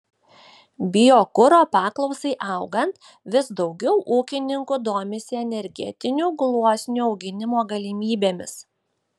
biokuro paklausai augant vis daugiau ūkininkų domisi energetinių gluosnių auginimo galimybėmis